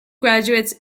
graduates